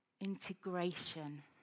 Integration